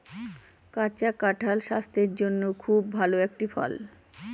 কাঁচা কাঁঠাল স্বাস্থের জন্যে খুব ভালো একটি ফল